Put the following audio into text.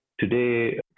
Today